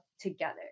together